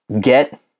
get